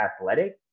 athletic